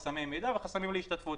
חסמי מידע וחסמים להשתתפות.